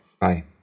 Bye